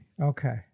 Okay